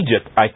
Egypt